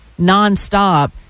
nonstop